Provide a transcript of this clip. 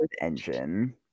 engine